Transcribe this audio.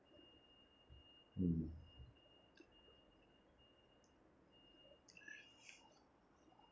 mm